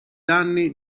danni